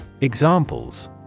Examples